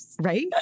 right